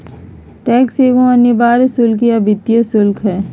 tax एगो अनिवार्य शुल्क या वित्तीय शुल्क हइ